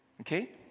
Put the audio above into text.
Okay